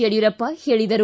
ಯಡಿಯೂರಪ್ಪ ಹೇಳಿದರು